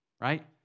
right